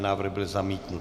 Návrh byl zamítnut.